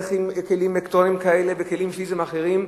הולך עם כלים אלקטרוניים כאלה וכלים פיזיים אחרים.